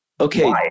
okay